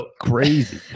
crazy